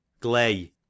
glay